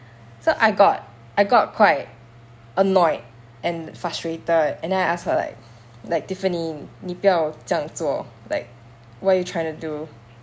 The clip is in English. so I got I got quite annoyed and frustrated and then I ask her like like tiffany 你不要这样做 like what are you trying to do